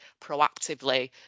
proactively